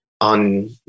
on